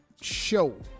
show